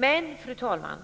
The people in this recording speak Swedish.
Men, fru talman,